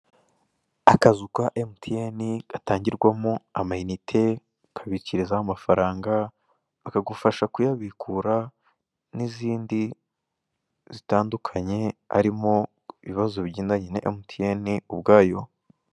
Akazu ka emutiyeni, gatagirwamo amayinite, ukabikirizaho amafaranga, bakagufasha kuyabikura, n'izindi zitandukanye, harimo ibibazo bigendanye na emutiyene ubwayo.